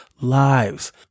lives